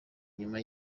inyuma